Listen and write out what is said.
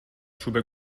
چوب